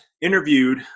interviewed